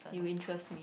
you interest me